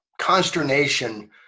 consternation